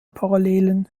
parallelen